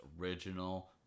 original